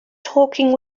talking